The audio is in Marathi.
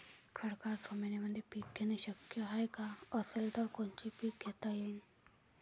खडकाळ जमीनीमंदी पिके घेणे शक्य हाये का? असेल तर कोनचे पीक घेता येईन?